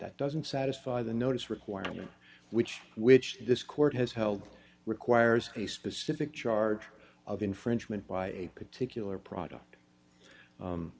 that doesn't satisfy the notice requirement which which this court has held requires a specific charge of infringement by a particular product